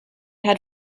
had